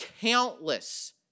countless